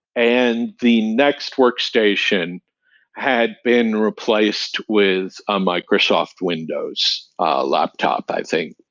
and the next workstation had been replaced with a microsoft windows laptop, i think.